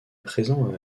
présent